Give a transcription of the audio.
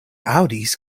aŭdis